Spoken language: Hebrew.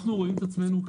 אנחנו רואים את עצמנו,